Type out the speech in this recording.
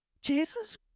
Jesus